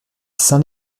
saint